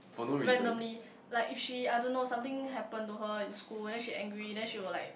randomly like if she I don't know something happen to her in school and then she angry then she will like